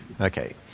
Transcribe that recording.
Okay